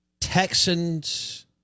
Texans